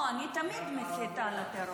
על כמה נושאים אני אדבר בנאום הזה.